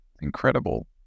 incredible